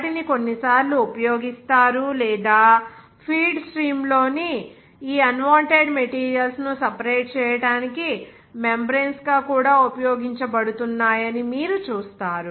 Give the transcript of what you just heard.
వాటిని కొన్ని సార్లు ఉపయోగిస్తారు లేదా ఫీడ్ స్ట్రీమ్ లోని ఈ అన్వాంటెడ్ మెటీరియల్స్ ను సెపరేట్ చేయడానికి మెంబ్రేన్స్ కూడా ఉపయోగించబడుతున్నాయని మీరు చూస్తారు